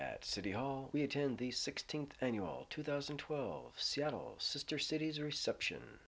at city hall we attend the sixteenth annual two thousand and twelve seattle sister cities reception